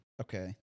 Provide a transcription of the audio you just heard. Okay